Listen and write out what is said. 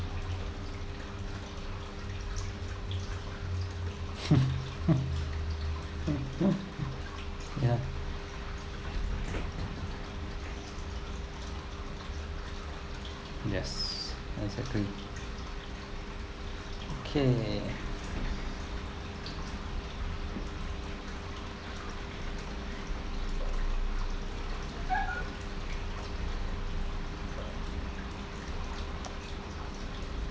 ya yes exactly okay